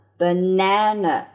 banana